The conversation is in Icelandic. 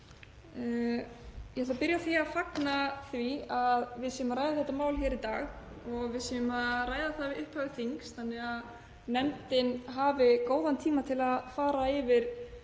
Ég ætla að byrja á að fagna því að við séum að ræða þetta mál hér í dag og að við séum að ræða það við upphaf þings þannig að nefndin hafi góðan tíma til að fara ofan